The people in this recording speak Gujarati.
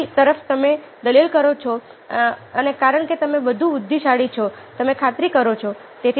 બીજી તરફ તમે દલીલ કરો છો અને કારણ કે તમે વધુ બુદ્ધિશાળી છો તમે ખાતરી કરો છો